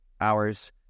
hours